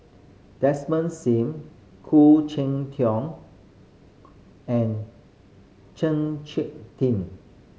Desmond Sim Khoo Cheng Tiong and Chng Tin